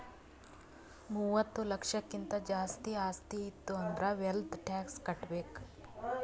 ಮೂವತ್ತ ಲಕ್ಷಕ್ಕಿಂತ್ ಜಾಸ್ತಿ ಆಸ್ತಿ ಇತ್ತು ಅಂದುರ್ ವೆಲ್ತ್ ಟ್ಯಾಕ್ಸ್ ಕಟ್ಬೇಕ್